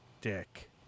dick